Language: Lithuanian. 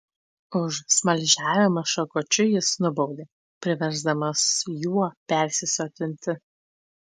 už smaližiavimą šakočiu jis nubaudė priversdamas juo persisotinti